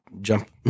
jump